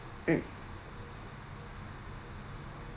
mm